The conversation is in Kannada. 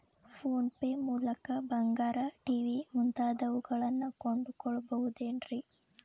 ಫೋನ್ ಪೇ ಮೂಲಕ ಬಂಗಾರ, ಟಿ.ವಿ ಮುಂತಾದವುಗಳನ್ನ ಕೊಂಡು ಕೊಳ್ಳಬಹುದೇನ್ರಿ?